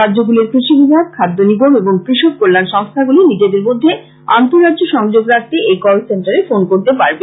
রাজ্যগুলির কৃষি বিভাগ খাদ্য নিগম এবং কৃষক কল্যান সংস্থাগুলি নিজেদের মধ্যে আন্ত রাজ্য সংযোগ রাখতে এই কল সেন্টারে ফোন করতে পারবে